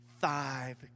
five